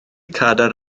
cadair